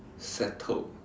settled